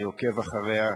אני עוקב אחריה,